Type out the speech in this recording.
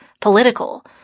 political